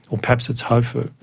or perhaps it's hofu.